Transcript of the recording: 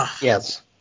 Yes